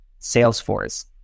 Salesforce